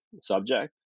subject